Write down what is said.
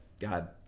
god